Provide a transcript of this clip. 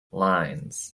lines